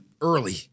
early